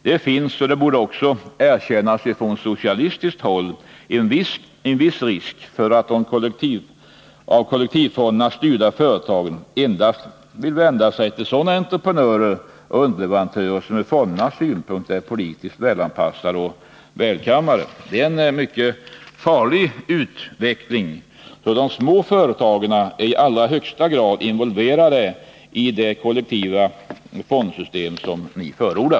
Det finns, och det borde också erkännas från socialistiskt håll, en viss risk för att de av kollektivfonderna styrda företagen endast vill vända sig till sådana entreprenörer och underleverantörer, som ur fondernas synpunkt är politiskt välanpassade och välkammade. Det är en mycket farlig utveckling. De små företagen är alltså i allra högsta grad involverade i det kollektiva fondsystem som ni förordar.